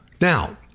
Now